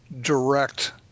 direct